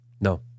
No